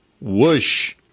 Whoosh